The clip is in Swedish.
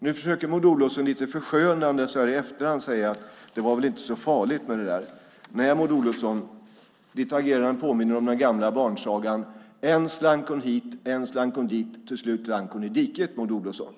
Nu försöker hon lite förskönande i efterhand säga att det väl inte var så farligt. Nej, Maud Olofsson, ditt agerande påminner om den gamla sångleken: Än slank hon hit, än slank hon dit, och till slut slank hon ned i diket.